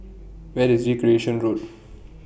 Where IS Recreation Road